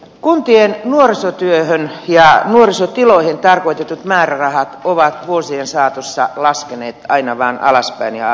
kuntien nuorisotyöhön ja nuorisotiloihin tarkoitetut määrärahat ovat vuosien saatossa laskeneet aina vaan alaspäin ja alaspäin